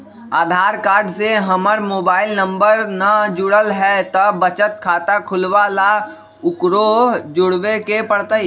आधार card से हमर mobile number न जुरल है त बचत खाता खुलवा ला उकरो जुड़बे के पड़तई?